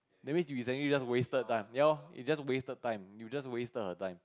that means you essentially just wasted time ya lor it's just wasted time you just wasted her time